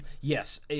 Yes